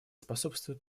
способствуют